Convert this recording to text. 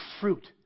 fruit